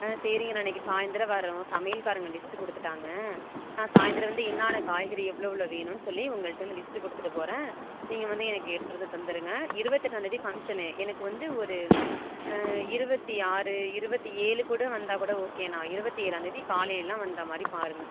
ஆ சரிங்கண்ணா இன்னைக்கு சாய்ந்தரம் வரோம் சமையல்காரங்க லிஸ்ட்டு கொடுத்துட்டாங்க நான் சாய்ந்தரம் வந்து இன்னான்னா காய்கறி எவ்வளோ எவ்வளோ வேணும்ன்னு சொல்லி உங்கள்கிட்ட வந்து லிஸ்ட்டு கொடுத்துட்டு போகறேன் நீங்கள் வந்து எனக்கு எடுத்துகிட்டு வந்து தந்துருங்க இருபத்தெட்டாந்தேதி ஃபங்க்ஷன்னு எனக்கு வந்து ஒரு இருபத்தி ஆறு இருபத்தி ஏழு கூட வந்தால் கூட ஓகே அண்ணா இருபத்தி ஏழாம்தேதி காலையிலாம் வந்த மாதிரி பாருங்கள்